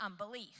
unbelief